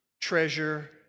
treasure